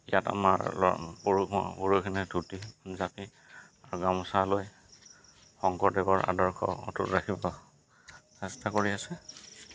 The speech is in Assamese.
ইয়াত আমাৰ ল'ৰা পুৰুষখিনিয়ে ধুতি জাপি আৰু গামোচা লৈ শংকৰদেৱৰ আদৰ্শ অটুট ৰাখিব চেষ্টা কৰি আছে